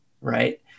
right